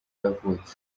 yavutse